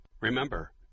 Remember